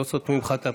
לא סותמים לך את הפה.